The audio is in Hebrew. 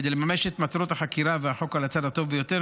כדי לממש את מטרות החקירה והחוק על הצד הטוב ביותר,